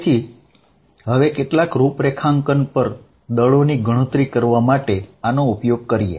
તેથી હવે કેટલાક રૂપરેખાંકન પર દળોની ગણતરી કરવા માટે આનો ઉપયોગ કરીએ